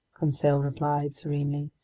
conseil replied serenely.